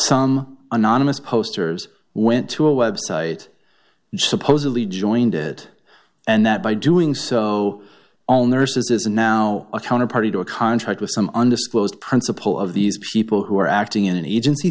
some anonymous posters went to a website supposedly joined it and that by doing so all nurses is now a counter party to a contract with some undisclosed principal of these people who are acting in an agency